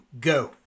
Go